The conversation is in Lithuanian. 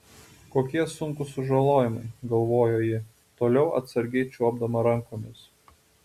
kokie sunkūs sužalojimai galvojo ji toliau atsargiai čiuopdama rankomis